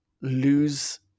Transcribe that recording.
lose